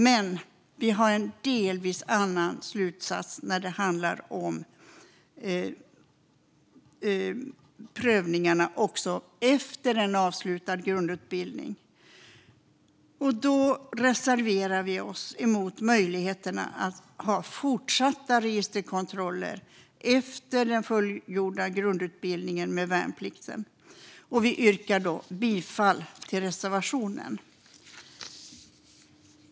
Men vi drar en delvis annan slutsats än regeringen när det handlar om prövningarna efter en avslutad grundutbildning. Vi reserverar oss mot möjligheten att fortsätta göra registerkontroller efter den fullgjorda grundutbildningen med värnplikt. Där yrkar vi bifall till reservationen.